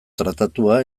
tratatuta